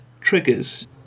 triggers